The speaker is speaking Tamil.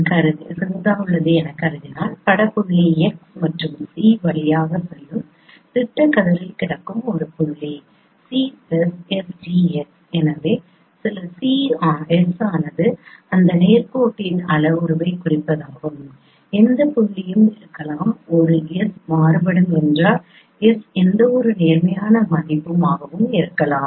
நான் கருதினால் பட புள்ளி x மற்றும் C வழியாக செல்லும் திட்டக் கதிரில் கிடக்கும் ஒரு புள்ளி C plus s d x எனவே சில s ஆனது அந்த நேர் கோட்டின் அளவுருவை குறிப்பதாகும் எந்த புள்ளியும் இருக்கலாம் ஒரு s மாறுபடும் என்றால் s எந்தவொரு நேர்மறையான மதிப்பும் ஆகவும் இருக்கலாம்